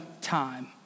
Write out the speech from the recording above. time